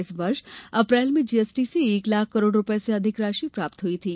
इस वर्ष अप्रैल में जीएसटी से एक लाख करोड़ रुपये से अधिक राशि प्राप्त हुई थी